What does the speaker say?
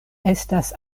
estas